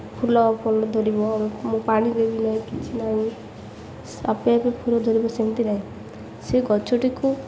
ଫୁଲ ଫଳ ଧରିବ ମୁଁ ପାଣି ଦେବି ନାହିଁ କିଛି ନାହିଁ ଆପେ ଆପେ ଫୁଲ ଧରିବ ସେମିତି ନାହିଁ ସେ ଗଛଟିକୁ